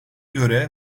göre